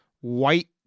white